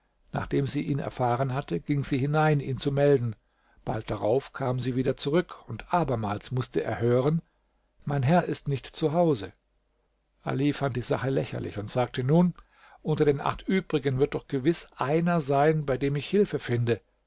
nachdem sie ihn erfahren hatte ging sie hinein ihn zu melden bald darauf kam sie wieder zurück und abermals mußte er hören mein herr ist nicht zu hause ali fand die sache lächerlich und sagte nun unter den acht übrigen wird doch gewiß einer sein bei dem ich hilfe finde